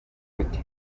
gute